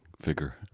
figure